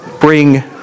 bring